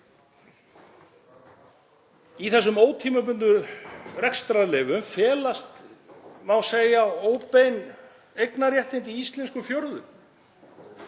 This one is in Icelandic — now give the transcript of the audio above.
Í þessum ótímabundnu rekstrarleyfum felast, má segja, óbein eignarréttindi í íslenskum fjörðum